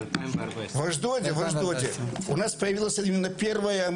נלחמנו בשביל זה הרבה באשדוד,